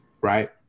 Right